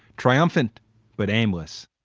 triumphant but aimless.